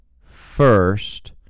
first